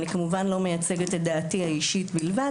אני כמובן לא מייצגת את דעתי האישית בלבד,